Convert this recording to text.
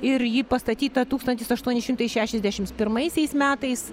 ir ji pastatyta tūkstantis aštuoni šimtai šešiasdešims pirmaisiais metais